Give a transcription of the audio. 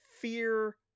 Fear